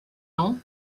ans